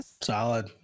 solid